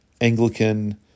Anglican